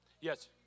Yes